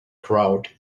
crowd